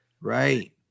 Right